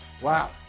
Wow